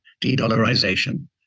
de-dollarization